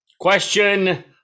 Question